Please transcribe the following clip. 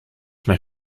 mijn